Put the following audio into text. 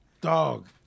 Dog